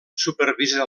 supervisa